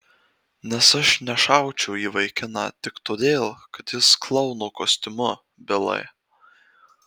nes aš nešaučiau į vaikiną tik todėl kad jis klouno kostiumu bilai